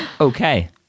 Okay